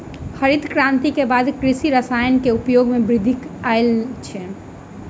हरित क्रांति के बाद कृषि रसायन के उपयोग मे वृद्धि आयल अछि